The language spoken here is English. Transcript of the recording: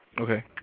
Okay